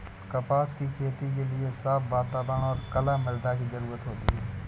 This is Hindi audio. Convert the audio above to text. कपास की खेती के लिए साफ़ वातावरण और कला मृदा की जरुरत होती है